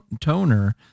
toner